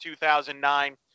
2009